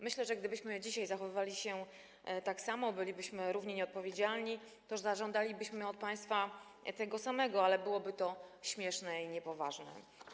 Myślę, że gdybyśmy dzisiaj zachowywali się tak samo, gdybyśmy również byli nieodpowiedzialni, to zażądalibyśmy od państwa tego samego, ale byłoby to śmieszne i niepoważne.